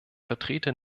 vertreter